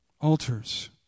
altars